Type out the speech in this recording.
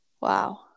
Wow